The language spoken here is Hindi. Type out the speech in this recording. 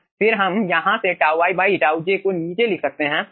फिर हम यहाँ से τ i τ j को नीचे लिख सकते हैं